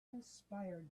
inspired